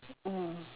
mm